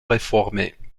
réformées